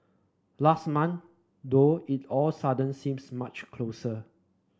last month though it all suddenly seems much closer